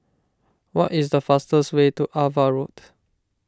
what is the fastest way to Ava Road